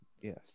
Yes